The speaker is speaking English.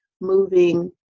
moving